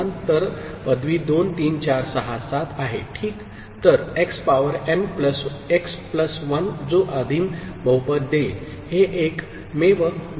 तर पदवी 2 3 4 6 7 आहे ठीक तर x power n plus x plus 1 जो आदिम बहुपद देईल हे एकमेव नाही